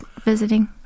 visiting